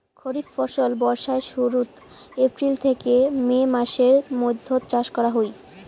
খরিফ ফসল বর্ষার শুরুত, এপ্রিল থেকে মে মাসের মৈধ্যত চাষ করা হই